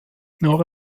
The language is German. nor